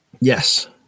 Yes